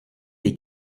des